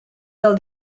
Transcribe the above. del